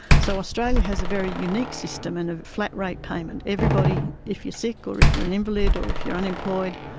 so australia has a very unique system and a flat rate payment. everybody, if you are sick or if you are an invalid or if you're unemployed,